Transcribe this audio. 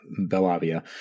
Belavia –